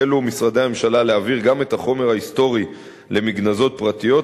החלו משרדי הממשלה להעביר גם את החומר ההיסטורי למגנזות פרטיות,